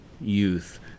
youth